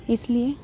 ਇਸ ਲੀਏ